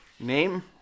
Name